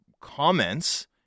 comments